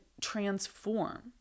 transform